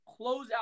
closeout